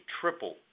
triple